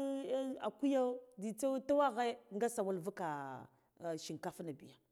akuya ngitsa tuwagha ga sawal vuka shinkafna biya.